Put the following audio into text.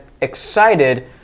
excited